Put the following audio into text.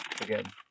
again